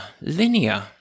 linear